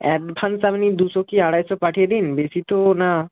advance আপনি দুশো কি আড়াইশো পাঠিয়ে দিন বেশি তো না